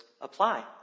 apply